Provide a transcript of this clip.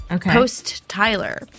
Post-Tyler